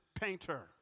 painter